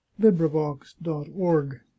LibriVox.org